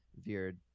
veered